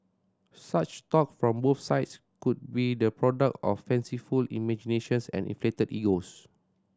such talk from both sides could be the product of fanciful imaginations and inflated egos